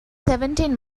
seventeen